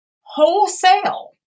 wholesale